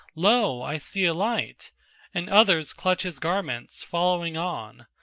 lo! i see a light and others clutch his garments, following on.